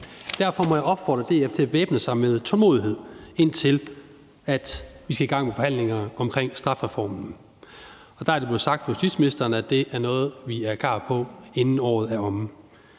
Derfor må jeg opfordre DF til at væbne sig med tålmodighed, indtil vi skal i gang med forhandlingerne om strafreformen. Der er det blevet sagt af justitsministeren, at det er noget, vi er klar på, inden året er omme.